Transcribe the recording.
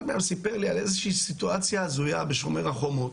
אחד מהם סיפר לי על איזה שהיא סיטואציה הזויה בשומר החומות.